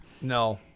No